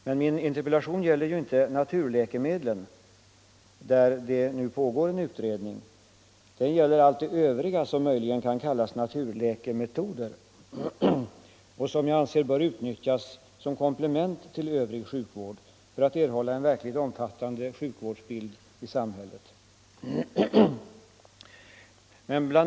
Men min interpellation gäller ju inte naturläkemedlen, där det pågår en utredning. Den gäller allt det övriga som möjligen kan kallas naturläkemetoder och som jag anser bör utnyttjas som komplement till övrig sjukvård för att erhålla en verkligt omfattande hälsovårdsbild i samhället. Bl.